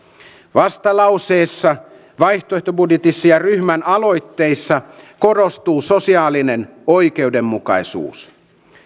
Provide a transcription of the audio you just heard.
vastalauseessa vaihtoehtobudjetissa ja ryhmän aloitteissa korostuu sosiaalinen oikeudenmukaisuus